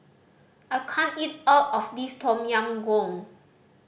I can't eat all of this Tom Yam Goong